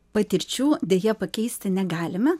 patirčių deja pakeisti negalime